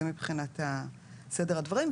זה מבחינת סדר הדברים,